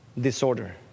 disorder